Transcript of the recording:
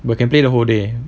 but can play the whole day